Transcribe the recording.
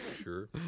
Sure